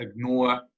ignore